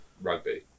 rugby